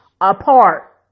apart